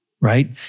right